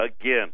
Again